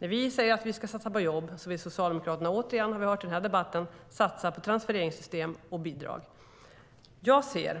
När vi säger att vi ska satsa på jobb vill Socialdemokraterna återigen satsa på transfereringssystem och bidrag. Det har vi hört i den här debatten. Jag ser